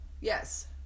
yes